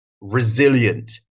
resilient